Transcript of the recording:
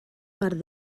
part